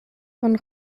von